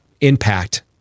impact